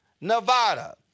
Nevada